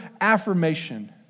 affirmation